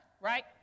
right